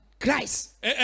Christ